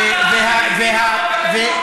ומה ההגדרה של פליטים בחוק הבין-לאומי, אחמד?